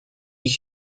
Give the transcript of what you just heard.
ich